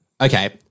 Okay